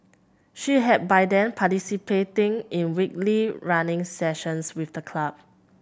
she had by then participating in weekly running sessions with the club